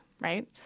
Right